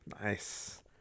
Nice